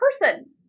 person